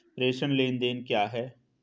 प्रेषण लेनदेन क्या है?